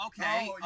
Okay